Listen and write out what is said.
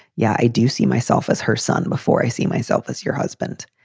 yeah, i do see myself as her son before. i see myself as your husband.